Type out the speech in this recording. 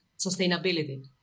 sustainability